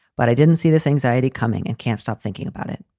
but i didn't see this anxiety coming and can't stop thinking about it.